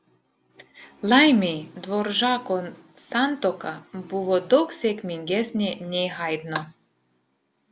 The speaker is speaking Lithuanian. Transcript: laimei dvoržako santuoka buvo daug sėkmingesnė nei haidno